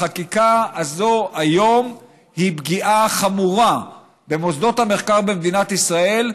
החקיקה הזו היום היא פגיעה חמורה במוסדות המחקר במדינת ישראל,